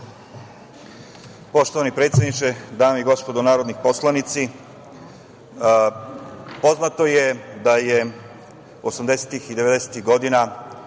Poštovani predsedniče, dame i gospodo narodni poslanici, poznato je da je osamdesetih